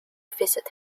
visit